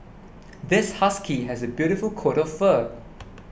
this husky has a beautiful coat of fur